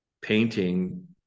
painting